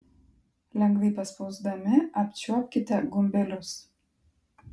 lengvai paspausdami apčiuopkite gumbelius